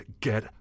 get